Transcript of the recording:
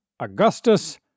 Augustus